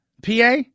PA